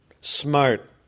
smart